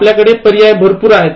आपल्याकडे पर्याय भरपूर आहेत